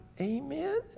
Amen